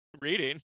reading